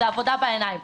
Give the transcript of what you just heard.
זו עבודה בעיניים.